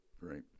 right